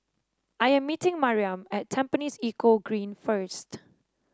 I am meeting Maryam at Tampines Eco Green first